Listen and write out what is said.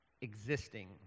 existing